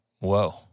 Whoa